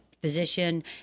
physician